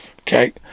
Okay